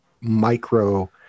micro